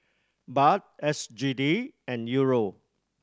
Baht S G D and Euro